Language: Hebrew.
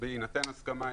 בהינתן הסכמה,